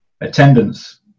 attendance